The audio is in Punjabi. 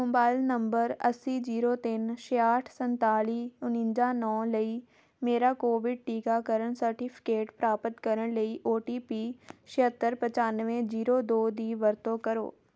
ਮੋਬਾਈਲ ਨੰਬਰ ਅੱਸੀ ਜੀਰੋ ਤਿੰਨ ਛਿਆਹਠ ਸੰਤਾਲੀ ਉਣੰਜਾ ਨੌਂ ਲਈ ਮੇਰਾ ਕੋਵਿਡ ਟੀਕਾਕਰਨ ਸਰਟੀਫਿਕੇਟ ਪ੍ਰਾਪਤ ਕਰਨ ਲਈ ਓ ਟੀ ਪੀ ਛਿਹੱਤਰ ਪਚਾਨਵੇਂ ਜੀਰੋ ਦੋ ਦੀ ਵਰਤੋਂ ਕਰੋ